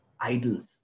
idols